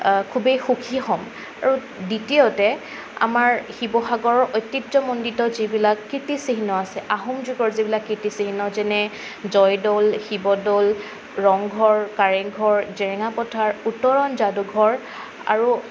খুবেই সুখী হ'ম আৰু দ্বিতীয়তে আমাৰ শিৱসাগৰৰ ঐতিহ্যমণ্ডিত যিবিলাক কীৰ্তিচিহ্ন আছে আহোম যুগৰ যিবিলাক কীৰ্তিচিহ্ন যেনে জয়দ'ল শিৱদ'ল ৰংঘৰ কাৰেংঘৰ জেৰেঙাপথাৰ উত্তৰণ যাদুঘৰ আৰু